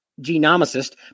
genomicist